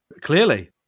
Clearly